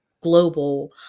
global